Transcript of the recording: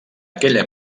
aquella